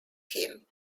him